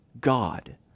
God